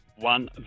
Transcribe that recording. one